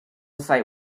site